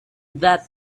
that